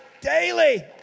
daily